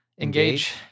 Engage